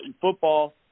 football